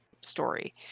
story